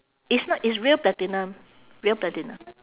it's not it's real platinum real platinum